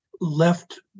left